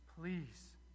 please